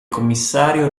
commissario